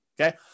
okay